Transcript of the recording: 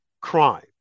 crime